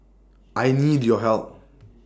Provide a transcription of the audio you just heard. I need your help